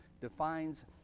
defines